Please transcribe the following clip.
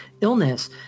illness